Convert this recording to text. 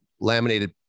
laminated